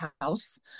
House